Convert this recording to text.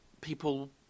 people